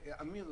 ואמיר,